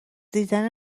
دیدن